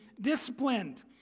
disciplined